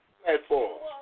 platform